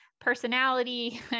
personality